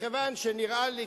מכיוון שנראה לי,